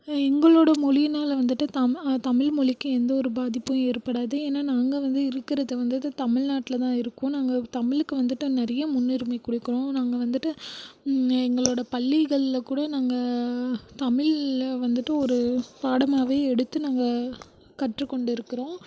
எங்களோட மொழியினால் வந்துட்டு தமி தமிழ் மொழிக்கு எந்த ஒரு பாதிப்பும் ஏற்படாது ஏன்னால் நாங்கள் வந்து இருக்கிறது வந்துட்டு தமிழ்நாட்டில் தான் இருக்கோம் நாங்கள் தமிழுக்கு வந்துட்டு நிறைய முன்னுரிமை கொடுக்குறோம் நாங்கள் வந்துட்டு எங்களோட பள்ளிகளில் கூட நாங்கள் தமிழில் வந்துட்டு ஒரு பாடமாகவே எடுத்து நாங்கள் கற்றுக் கொண்டுருக்கிறோம்